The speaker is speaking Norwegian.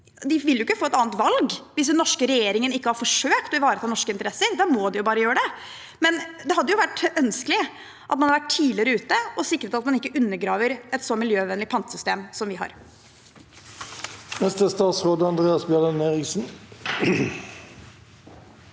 De vil jo ikke få et annet valg. Hvis den norske regjeringen ikke har forsøkt å ivareta norske interesser, må de bare gjøre det. Likevel hadde det jo vært ønskelig at man var tidligere ute og sikret at man ikke undergraver et så miljøvennlig pantesystem som det vi har. Statsråd Andreas Bjelland Eriksen